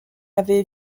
avaient